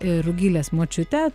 ir rugilės močiutę